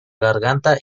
garganta